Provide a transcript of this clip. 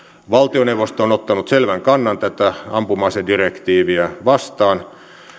valtioneuvosto on ottanut selvän kannan tätä ampuma asedirektiiviä vastaan